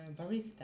Barista